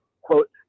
quote